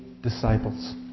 disciples